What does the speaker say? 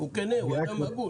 הוא אדם הגון.